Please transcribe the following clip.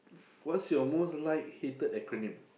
what's your most like hated acronym